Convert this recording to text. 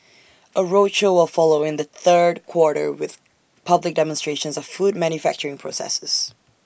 A roadshow will follow in the third quarter with public demonstrations of food manufacturing processes